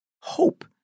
hope